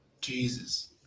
Jesus